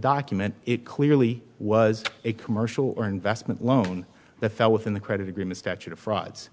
document it clearly was a commercial or investment loan that fell within the credit agreement statute of frauds